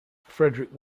frederick